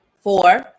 Four